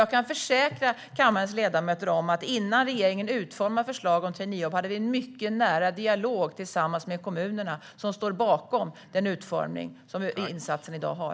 Jag kan försäkra kammarens ledamöter om att vi i regeringen innan vi utformade förslag om traineejobb hade en mycket nära dialog med kommunerna, som står bakom den utformning insatsen i dag har.